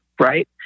right